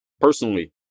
Personally